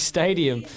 Stadium